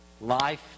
Life